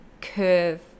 curve